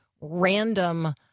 random